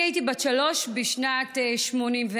אני הייתי בת שלוש בשנת 1984,